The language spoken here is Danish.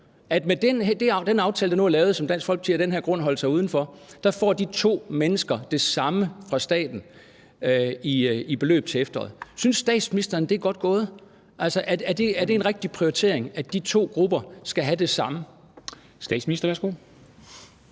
Folkeparti af den her grund holdt sig uden for, får det samme beløb fra staten til efteråret. Synes statsministeren, det er godt gået? Er det en rigtig prioritering, at de to grupper skal have det samme? Kl.